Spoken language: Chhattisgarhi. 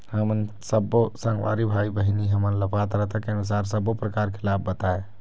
हमन सब्बो संगवारी भाई बहिनी हमन ला पात्रता के अनुसार सब्बो प्रकार के लाभ बताए?